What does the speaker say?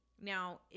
Now